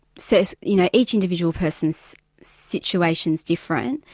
so so you know, each individual person's situation is different,